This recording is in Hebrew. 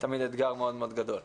תמיד אתגר מאוד מאוד גדול.